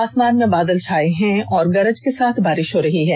आसमान में बादल छाये हए हैं और गरज के साथ बारिष हो रही है